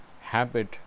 habit